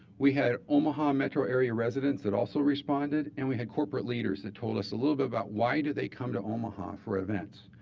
we had omaha metro area residents that also responded, and we had corporate leaders that told us a little bit about why do they come to omaha for events.